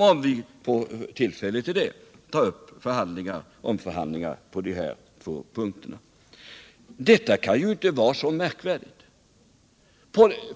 om vi får tillfälle till det, ta upp förhandlingar på de här två punkterna.